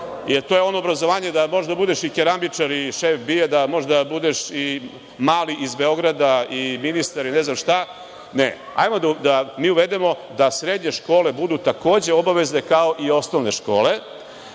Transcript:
to je ono obrazovanje da možeš da budeš i keramičar i šef BIA, da možeš da budeš i „mali“ iz Beograda i ministar i ne znam šta. Ne, ajmo mi da uvedemo da srednje škole budu takođe obavezne kao i osnovne škole,